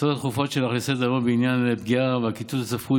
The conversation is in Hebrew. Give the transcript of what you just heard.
הצעות הדחופות שלך לסדר-היום בעניין מניעת הקיצוץ הצפוי